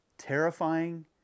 terrifying